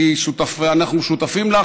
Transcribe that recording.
ואנחנו שותפים לה,